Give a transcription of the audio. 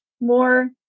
more